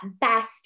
best